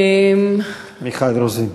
מיכל רוזין.